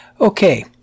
Okay